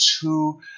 two